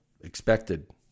expected